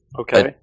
Okay